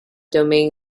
domain